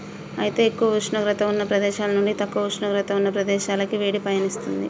అయితే ఎక్కువ ఉష్ణోగ్రత ఉన్న ప్రదేశాల నుండి తక్కువ ఉష్ణోగ్రత ఉన్న ప్రదేశాలకి వేడి పయనిస్తుంది